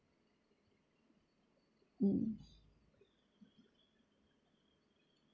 mm